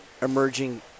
emerging